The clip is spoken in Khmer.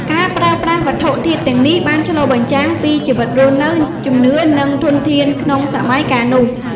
ការប្រើប្រាស់វត្ថុធាតុទាំងនេះបានឆ្លុះបញ្ចាំងពីជីវិតរស់នៅ ជំនឿ និងធនធានក្នុងសម័យកាលនោះ។